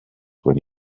when